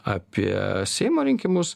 apie seimo rinkimus